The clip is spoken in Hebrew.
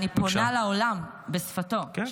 אני פונה לעולם בשפתו --- כן,